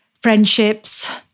friendships